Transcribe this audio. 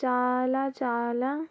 చాలా చాలా